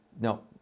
No